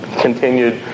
continued